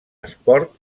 esport